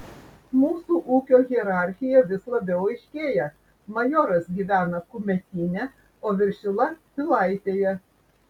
mūsų ūkio hierarchija vis labiau aiškėja majoras gyvena kumetyne o viršila pilaitėje